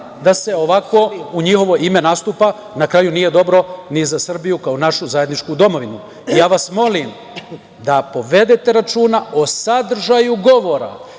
da se ovako u njihovo ime nastupa. Na kraju, nije dobro ni za Srbiju kao našu zajedničku domovinu. Molim vas da povedete računa o sadržaju govora,